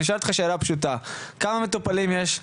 אני שואל אותך שאלה פשוטה, כמה מטופלים יש?